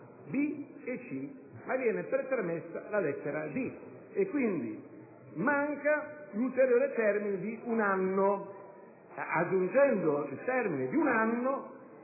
e *c)*, ma viene pretermessa la lettera *d)*; quindi manca un ulteriore termine di un anno.